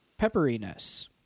pepperiness